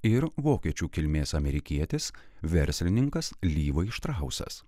ir vokiečių kilmės amerikietis verslininkas lyvai štrausas